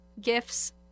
gifts